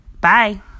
Bye